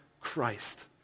Christ